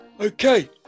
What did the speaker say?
Okay